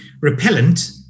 repellent